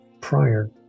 prior